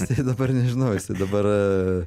jisai dabar nežinau jisai dabar